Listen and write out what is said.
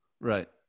right